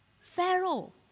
Pharaoh